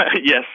Yes